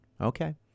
Okay